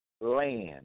land